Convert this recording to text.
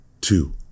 Two